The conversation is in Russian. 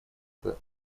это